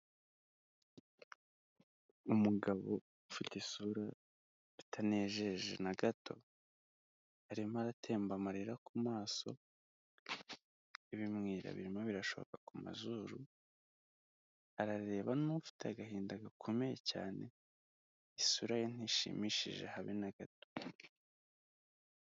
Umugabo ufite isura itanejeje na gato arimo aratemba amarira ku maso ibimwira birimo birashoka ku mazuru arareba n'ufite agahinda gakomeye cyane isura ye ntishimishije habe n’agato.